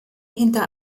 hinter